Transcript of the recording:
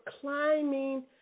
climbing